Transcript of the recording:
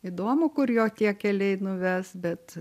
įdomu kur jo tie keliai nuves bet